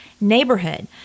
neighborhood